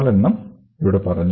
നാലെണ്ണം ഇവിടെ പറഞ്ഞു